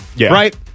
right